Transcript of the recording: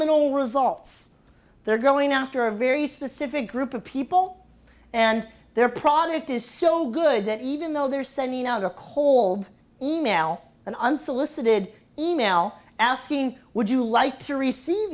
phenomenal results they're going after a very specific group of people and their product is so good that even though they're sending out a cold e mail and unsolicited e mail asking would you like to receive